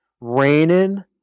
raining